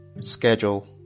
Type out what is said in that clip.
Schedule